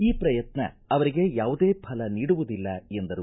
ಈ ಪ್ರಯತ್ನ ಅವರಿಗೆ ಯಾವುದೇ ಫಲ ನೀಡುವುದಿಲ್ಲ ಎಂದರು